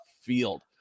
field